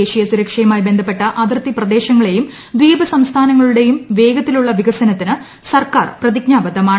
ദേശീയ സുരക്ഷയുമായി ബന്ധപ്പെട്ട അതിർത്തി പ്രദേശങ്ങളുടെയും ദ്വീപ് സംസ്ഥാനങ്ങ ളുടെയും വേഗത്തിലുള്ള വികസനത്തിന് സർക്കാർ പ്രതിജ്ഞാബദ്ധ മാണ്